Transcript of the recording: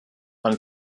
man